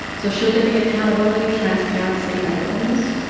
so, should there be accountability, transparency and openness?